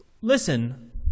Listen